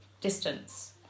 distance